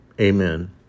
Amen